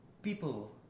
People